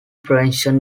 prevention